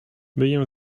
myję